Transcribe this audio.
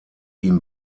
ihm